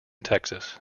texas